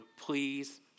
please